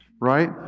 right